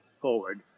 forward